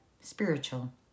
spiritual